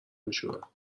میشورن